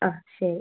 ആ ശരി